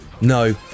no